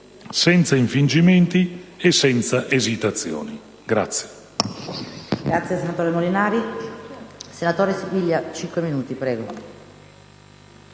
senza infingimenti e senza esitazioni.